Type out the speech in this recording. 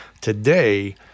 Today